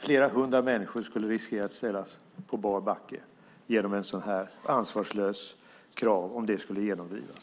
Flera hundra människor skulle riskera att ställas på bar backe om ett sådant här ansvarslöst krav skulle genomdrivas.